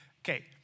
okay